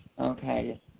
Okay